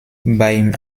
beim